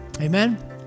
Amen